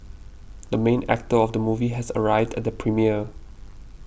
the main actor of the movie has arrived at the premiere